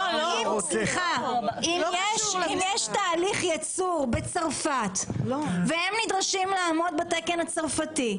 אם יש תהליך ייצור בצרפת והם נדרשים לעמוד בתקן הצרפתי,